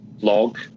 log